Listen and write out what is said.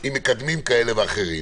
עם מקדמים כאלה ואחרים,